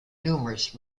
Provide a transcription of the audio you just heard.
numerous